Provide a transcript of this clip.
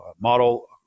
model